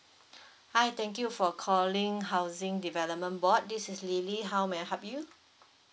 hi thank you for calling housing development board this is lily how may I help you